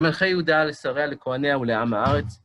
מלכי יהודה לשריב, לכוהניה ולעם הארץ.